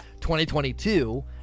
2022